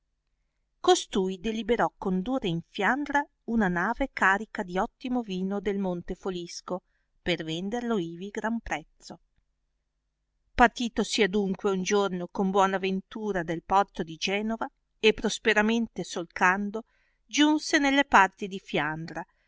costui deliberò condurre in fiandra una nave carica di ottimo vino del monte folisco per venderlo ivi gran prezzo partitosi adunque un giorno con buona ventura del porto di genova e prosperamente solcando giunse nelle parti di fiandra